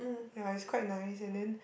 ya it's quite nice and then